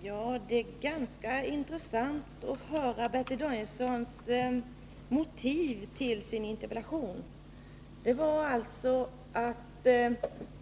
Fru talman! Det är ganska intressant att höra Bertil Danielssons motiv för sin interpellation. Det var alltså att